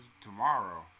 Tomorrow